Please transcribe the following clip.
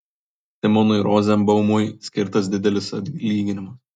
simonui rozenbaumui skirtas didelis atlyginimas